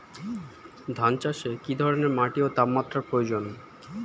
ধান চাষে কী ধরনের মাটি ও তাপমাত্রার প্রয়োজন?